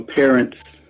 parents